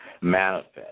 manifest